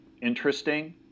interesting